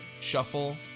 shuffle